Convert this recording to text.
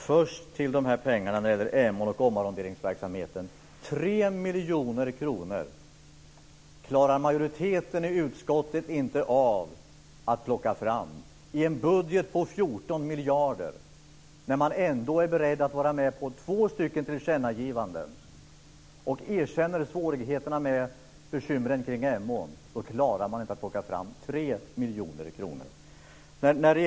Fru talman! Vad först gäller pengarna till omarronderingsverksamheten vid Emån klarar majoriteten i utskottet inte av att plocka fram 3 miljoner kronor i en budget om 14 miljarder kronor, där man ändå är beredd att gå med på två tillkännagivanden. Trots att man erkänner svårigheterna för bönderna vid Emån kan man inte ta fram 3 miljoner kronor.